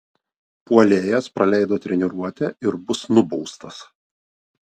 puolėjas praleido treniruotę ir bus nubaustas